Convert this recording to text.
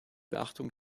beachtung